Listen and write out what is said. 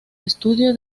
estudio